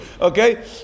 Okay